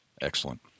Excellent